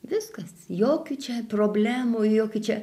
viskas jokių čia problemų jokių čia